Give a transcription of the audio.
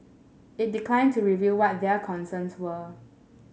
it declined to reveal what their concerns were